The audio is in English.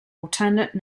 alternate